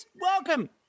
Welcome